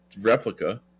replica